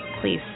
Please